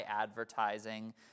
advertising